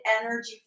energy